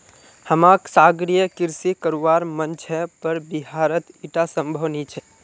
हमाक सागरीय कृषि करवार मन छ पर बिहारत ईटा संभव नी छ